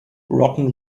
rotten